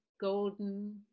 golden